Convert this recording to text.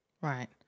Right